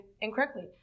incorrectly